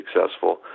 successful